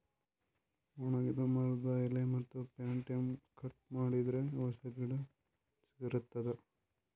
ಒಣಗಿದ್ ಮರದ್ದ್ ಎಲಿ ಮತ್ತ್ ಪಂಟ್ಟ್ಯಾ ಕಟ್ ಮಾಡಿದರೆ ಹೊಸ ಗಿಡ ಚಿಗರತದ್